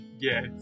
Yes